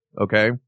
Okay